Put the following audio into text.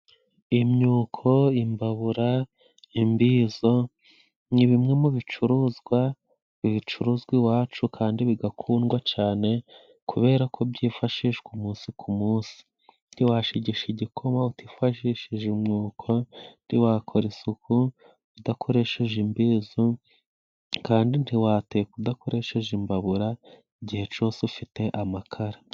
Imyuko, imbabura, imbizu ni bimwe mu bicuruzwa, bicuruzwa iwacu kandi bigakundwa cyane, kubera ko byifashishwa umunsi ku munsi. Nti washigisha igikoma utifashishije umwuko, nti wakora isuku udakoresheje imbizu, kandi ntiwateka udakoresheje imbabura, igihe cyose ufite amakara.